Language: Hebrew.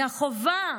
מהחובה,